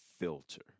Filter